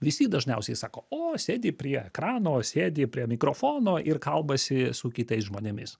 visi dažniausiai sako o sėdi prie ekrano sėdi prie mikrofono ir kalbasi su kitais žmonėmis